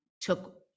took